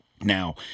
Now